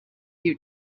you